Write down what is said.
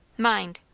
mind!